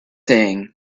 saying